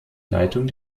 leitung